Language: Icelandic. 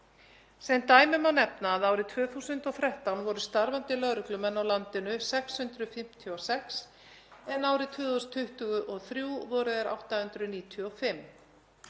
Sem dæmi má nefna að árið 2013 voru starfandi lögreglumenn á landinu 656 en árið 2023 voru þeir 895.